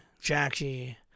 Jackie